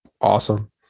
awesome